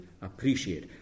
appreciate